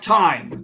time